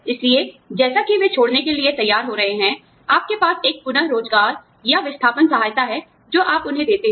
इसलिए जैसा कि वे छोड़ने के लिए तैयार हो रहे हैं आपके पास एक पुन रोजगार या विस्थापन सहायता है जो आप उन्हें देते हैं